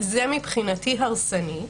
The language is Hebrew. מבחינתי זה הרסני.